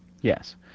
Yes